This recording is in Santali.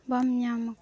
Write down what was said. ᱵᱟᱢ ᱧᱟᱢᱟ